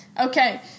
Okay